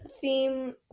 theme